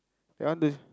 that one th~